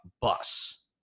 Bus